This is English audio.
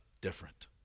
different